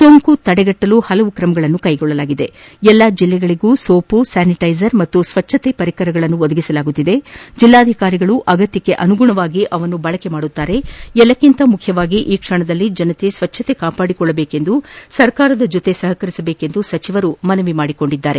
ಸೋಂಕು ತಡೆಗಟ್ಟಲು ಹಲವಾರು ಕ್ರಮಗಳನ್ನು ಕೈಗೊಂಡಿದ್ದು ಎಲ್ಲ ಜಿಲ್ಲೆಗಳಿಗೆ ಸೋಪು ಸ್ಯಾನಿಟೈಸರ್ ಮತ್ತು ಸ್ವಚ್ಛತೆಯ ಪರಿಕರಗಳನ್ನು ಒದಗಿಸಲಾಗುತ್ತಿದೆ ಜಿಲ್ಲಾಧಿಕಾರಿಗಳು ಅಗತ್ಯಕ್ಕೆ ಅನುಗುಣವಾಗಿ ಅದನ್ನು ಬಳಕೆ ಮಾಡುತ್ತಾರೆ ಎಲ್ಲಕ್ಕಿಂತ ಮುಖ್ಯವಾಗಿ ಈ ಕ್ಷಣದಲ್ಲಿ ಜನರು ಸ್ವಚ್ಛತೆ ಕಾಪಾಡಿಕೊಳ್ಳಬೇಕು ಸರ್ಕಾರದ ಜೊತೆ ಸಹಕರಿಸಬೇಕು ಎಂದು ಅವರು ಮನವಿ ಮಾಡಿದ್ದಾರೆ